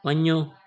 वञो